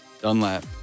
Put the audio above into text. Dunlap